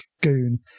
goon